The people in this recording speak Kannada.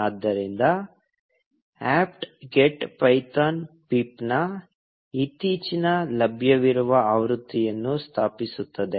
ಆದ್ದರಿಂದ apt get ಪೈಥಾನ್ ಪಿಪ್ನ ಇತ್ತೀಚಿನ ಲಭ್ಯವಿರುವ ಆವೃತ್ತಿಯನ್ನು ಸ್ಥಾಪಿಸುತ್ತದೆ